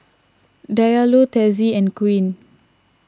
Diallo Tessie and Quinn